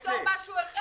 נפתור משהו אחד.